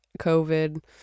covid